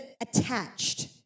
attached